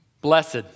Blessed